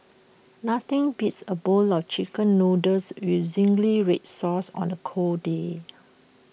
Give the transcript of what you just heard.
nothing beats A bowl of Chicken Noodles with Zingy Red Sauce on A cold day